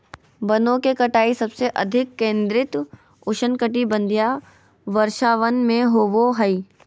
वनों की कटाई सबसे अधिक केंद्रित उष्णकटिबंधीय वर्षावन में होबो हइ